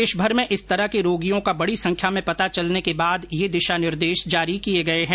देशभर में इस तरह के रोगियों का बडी संख्या में पता चलने के बाद ये दिशा निर्देश जारी किये गये है